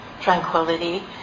tranquility